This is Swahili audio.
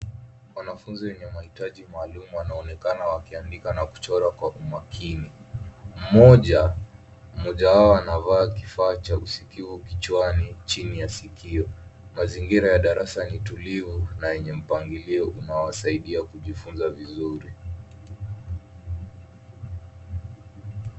Wanafunzi wenye mahitaji maalum wanaonekana wakiandika na kuchora kwa umakini. Mmoja, mmoja wao anavaa kifaa cha usikivu kichwani chini ya sikio. Mazingira ya darasa ni tulivu na yenye mpangilio unaowasaidia kujifunza vizuri.